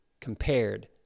compared